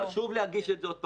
חשוב להדגיש את זה עוד פעם.